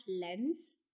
lens